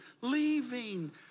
leaving